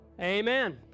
Amen